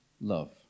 love